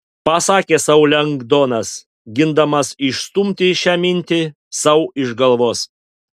pasakė sau lengdonas gindamas išstumti šią mintį sau iš galvos